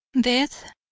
Death